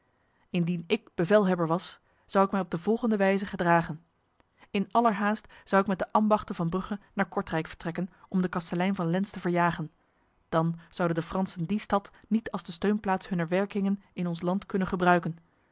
indien ik bevelhebber was zou ik mij op de volgende wijze gedragen in aller haast zou ik met de ambachten van brugge naar kortrijk vertrekken om de kastelein van lens te verjagen dan zouden de fransen die stad niet als de steunplaats hunner werkingen in ons land kunnen gebruiken